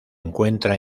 encuentra